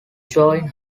join